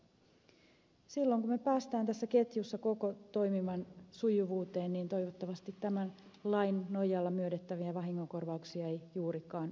silloin kun me pääsemme koko tässä ketjussa toiminnan sujuvuuteen toivottavasti tämän lain nojalla myönnettäviä vahingonkorvauksia ei juurikaan ole